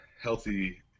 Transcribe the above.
healthy